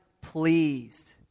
pleased